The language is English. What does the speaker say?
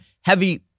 heavy